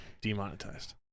demonetized